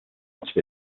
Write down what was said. much